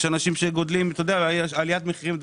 אני